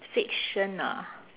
fiction ah